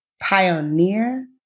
pioneer